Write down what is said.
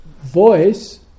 voice